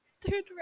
Dude